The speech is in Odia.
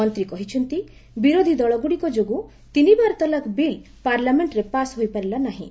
ମନ୍ତ୍ରୀ କହିଛନ୍ତି ବିରୋଧୀ ଦଳ ଗୁଡ଼ିକ ଯୋଗୁଁ ତିନିବାର ତଲାକ ବିଲ୍ ପାର୍ଲାମେଣ୍ଟରେ ପାସ୍ ହୋଇପାରିଲା ନାହିଁ